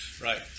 right